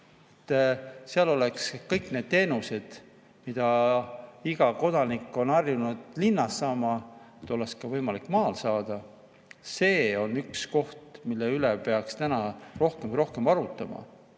jääks, et kõiki neid teenuseid, mida iga kodanik on harjunud linnas saama, oleks võimalik ka maal saada – see on üks koht, mille üle peaks täna rohkem ja rohkem arutlema,